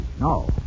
No